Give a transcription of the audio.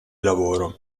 lavoro